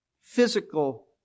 physical